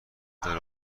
داره